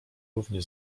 równie